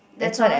that's all